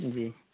جی